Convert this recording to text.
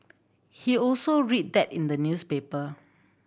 he also read that in the newspaper